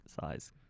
Size